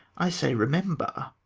i say, remember.